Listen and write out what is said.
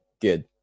Good